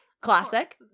Classic